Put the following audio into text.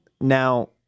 Now